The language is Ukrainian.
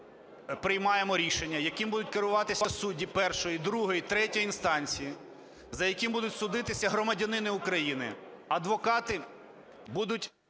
приймаємо рішення, яким будуть керуватися судді першої, другої, третьої інстанції, за яким будуть судитися громадяни України, адвокати будуть